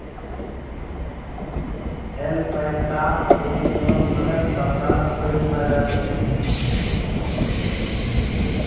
ऐल्पैकाक ऊन सँ बनल कपड़ाक पैघ बाजार छै